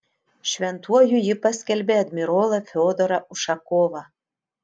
šventuoju ji paskelbė admirolą fiodorą ušakovą